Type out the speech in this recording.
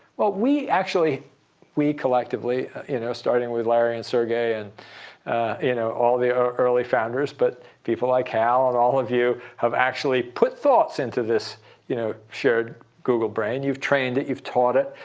well, we actually we collectively, you know starting with larry and sergei and you know all the early founders, but people like hal and all of you, have actually put thoughts into this you know shared google brain. you've trained it. you've taught it.